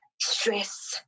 stress